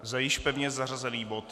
Za již pevně zařazený bod.